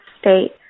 state